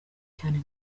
cyane